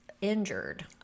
injured